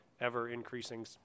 ever-increasing